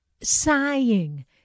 sighing